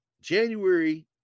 January